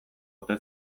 ote